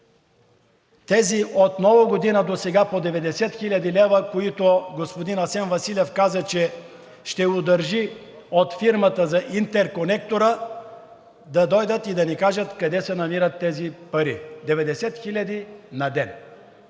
тези от Нова година досега по 90 хил. лв., които господин Асен Василев каза, че ще удържи от фирмата за интерконектора, да дойдат и да ни кажат къде се намират тези пари – 90 хиляди на ден!